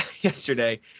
yesterday